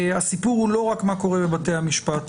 והסיפור הוא לא רק מה קורה בבתי המשפט.